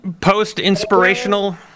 Post-inspirational